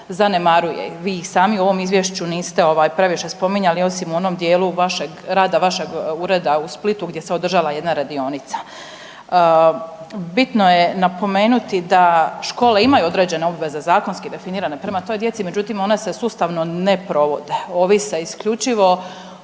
ih sami u ovom izvješću niste previše spominjali osim u onom dijelu rada vašeg ureda u Splitu gdje se održala jedna radionica. Bitno je napomenuti da škole imaju određene obveze zakonski definirane prema toj djeci. Međutim, one se sustavno ne provode. Ovise isključivo